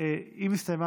אנחנו נפנה לפרוטוקול.